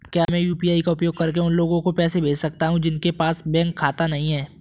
क्या मैं यू.पी.आई का उपयोग करके उन लोगों को पैसे भेज सकता हूँ जिनके पास बैंक खाता नहीं है?